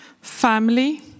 family